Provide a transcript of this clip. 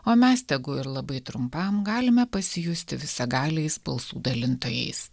o mes tegu ir labai trumpam galime pasijusti visagaliais balsų dalintojais